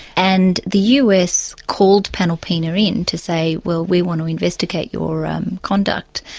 and the us called panalpina in to say, well, we want to investigate your um conduct.